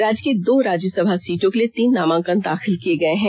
राज्य की दो राज्यसभा सीटों के लिए तीन नामांकन दाखिल किये गए हैं